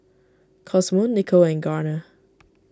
Cosmo Nico and Garner